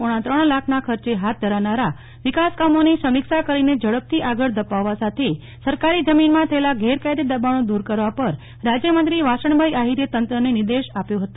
પોણા ત્રણ લાખના ખર્ચે ફાથ ધરાનારાં વિકાસકામોની સમીક્ષા કરીને ઝડપથી આગળ ધપાવવા સાથેસરકારી જમીનમાં થયેલાં ગૌરકાયદે દબાણો દૂર કરવા પણ રાજ્યમંત્રી શ્રી વાસણભાઈ આફિરે તંત્રનેનિર્દેશ આપ્યો હતો